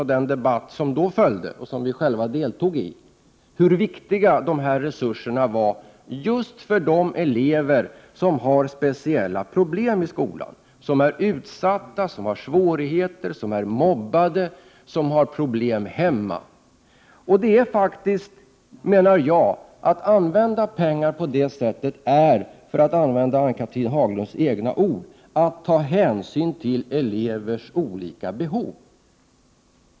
Av den debatt som då följde, och som vi själva deltog i, fick vi 24 maj 1989 ganska klart för oss hur viktiga de här resurserna är just för de elever som har speciella problem i skolan, de som är utsatta, har svårigheter, är mobbade eller har problem hemma. Att använda pengarna på det sättet menar jag innebär — med Ann-Cathrine Haglunds egna ord — att ta hänsyn till elevernas olika behov.